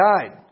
died